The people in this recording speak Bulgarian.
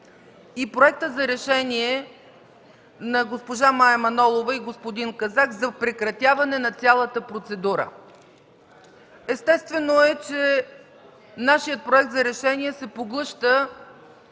и проекта за решение на госпожа Манолова и господин Казак за прекратяване на цялата процедура. Естествено е, че нашият проект за решение се поглъща